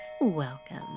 welcome